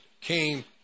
came